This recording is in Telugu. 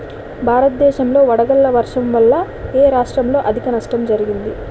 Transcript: భారతదేశం లో వడగళ్ల వర్షం వల్ల ఎ రాష్ట్రంలో అధిక నష్టం జరిగింది?